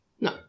No